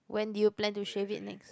when did you plan to shave it next